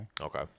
Okay